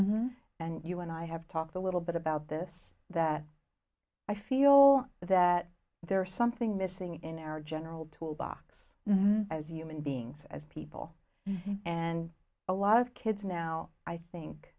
and you and i have talked a little bit about this that i feel that there's something missing in our general tool box as human beings as people and a lot of kids now i think